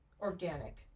organic